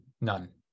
none